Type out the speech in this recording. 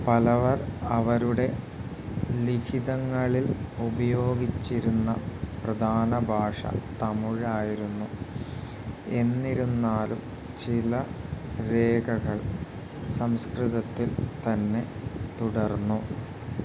പലവർ അവരുടെ ലിഖിതങ്ങളിൽ ഉപയോഗിച്ചിരുന്ന പ്രധാന ഭാഷ തമിഴ് ആയിരുന്നു എന്നിരുന്നാലും ചില രേഖകൾ സംസ്കൃതത്തിൽ തന്നെ തുടർന്നു